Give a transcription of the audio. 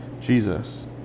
Jesus